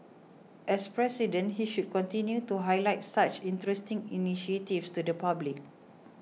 as president he should continue to highlight such interesting initiatives to the public